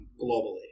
globally